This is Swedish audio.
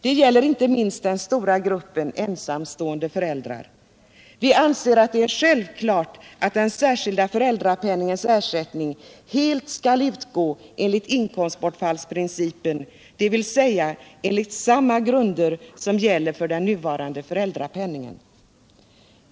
Detta gäller inte minst den stora gruppen ensamstående föräldrar. Vi anser att det är självklart att den särskilda föräldrapenningens ersättning helt skall utgå enligt inkomstbortfallsprincipen, dvs. enligt samma grunder som gäller för den nuvarande föräldrapenningen.